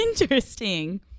Interesting